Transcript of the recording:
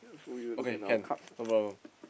okay can no problem